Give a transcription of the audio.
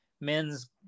men's